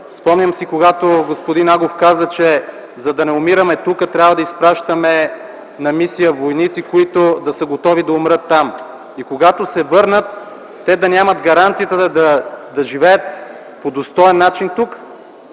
Спомням си, когато господин Агов каза, че за да не умираме тук, трябва да изпращаме на мисия войници, които са готови да умрат там. И когато се върнат, те да имат гаранцията да живеят по достоен начин.